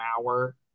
hour